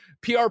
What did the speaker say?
PR